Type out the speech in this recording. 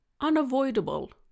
unavoidable